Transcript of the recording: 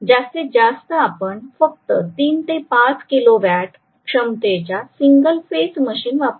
जास्तीत जास्त आपण फक्त 3 ते 5 किलोवॅट क्षमतेच्या सिंगल फेज मशीन वापरतो